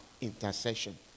intercession